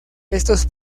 estos